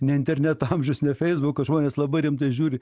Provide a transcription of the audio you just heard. ne interneto amžius ne feisbuko žmonės labai rimtai žiūri